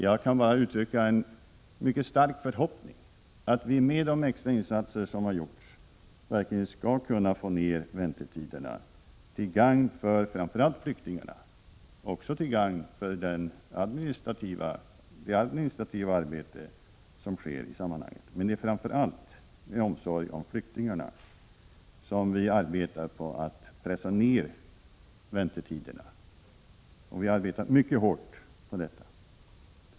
Jag kan bara uttrycka en mycket stark förhoppning att vi med de extra insatser som gjorts verkligen skall kunna få ned väntetiderna framför allt till gagn för flyktingarna men också till gagn för det administrativa arbetet i detta sammanhang. Men det är alltså framför allt av omsorg om flyktingarna som vi arbetar på att pressa ned väntetiderna. Vi arbetar mycket hårt med detta.